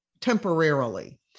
temporarily